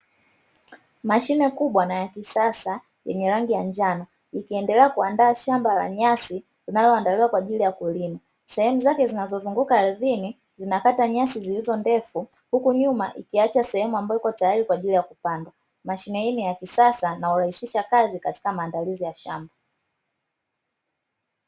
Mashine kubwa na ya kisasa yenye rangi ya njano, ikiendelea kuandaa shamba la nyasi linaloandaliwa kwa ajili ya kulima. Sehemu zake zinazozunguka ardhini zinakata nyasi zilizokuwa ndefu, huku nyuma ikiacha sehemu ambayo iko tayari kwa ajili ya kupanda. Mashine hii ni ya kisasa na hurahisisha kazi katika maandalizi ya shamba.